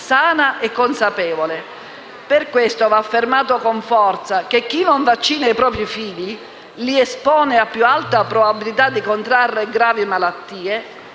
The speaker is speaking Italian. sana e consapevole. Per questo va affermato con forza che chi non vaccina i propri figli li espone a più alta probabilità di contrarre gravi malattie